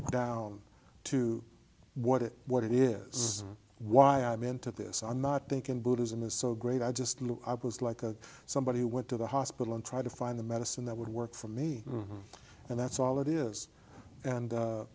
it down to what it what it is why i'm into this i'm not thinking buddhism is so great i just knew i was like a somebody who went to the hospital and try to find the medicine that would work for me and that's all it is and